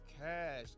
Cash